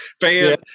fan